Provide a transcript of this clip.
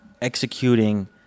executing